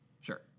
Sure